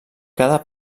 cada